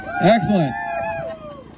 Excellent